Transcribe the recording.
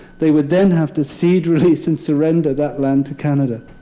they would then have to cede, release, and surrender that land to canada.